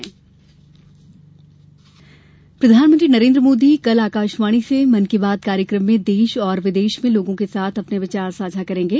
मन की बात प्रधानमंत्री नरेन्द्र मोदी कल आकाशवाणी से मन की बात कार्यक्रम में देश और विदेश में लोगों से अपने विचार साझा करेंगे